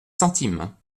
centimes